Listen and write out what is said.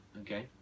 okay